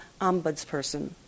Ombudsperson